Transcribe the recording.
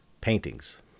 paintings